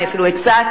אני אפילו הצעתי,